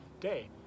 day